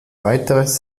weiteres